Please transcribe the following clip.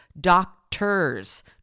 doctors